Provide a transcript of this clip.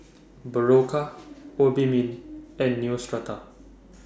Berocca Obimin and Neostrata